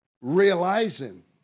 Realizing